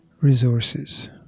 resources